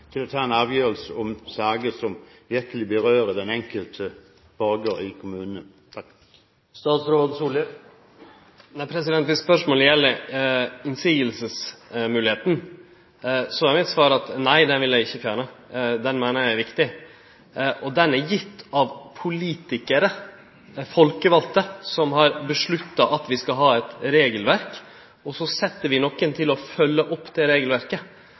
til å ta en avgjørelse om saker som virkelig berører den enkelte borger i kommunene? Dersom spørsmålet gjeld motsegnsmoglegheita, er svaret mitt: Nei, den moglegheita vil eg ikkje fjerne. Det meiner eg er viktig, og ho er gitt av politikarar, folkevalde, som har vedteke at vi skal ha eit regelverk, og så set vi nokre til å følgje opp det regelverket.